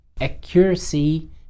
accuracy